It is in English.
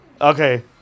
Okay